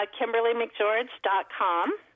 KimberlyMcGeorge.com